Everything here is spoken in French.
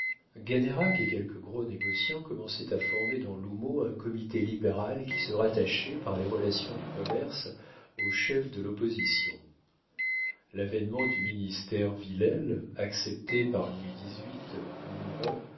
et quelques gros négociants commençaient à former dans l'houmeau un comité libéral qui se rattachait par les relations du commerce aux chefs de l'opposition l'avénement du ministère villèle accepté par louis xviii mourant